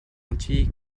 entier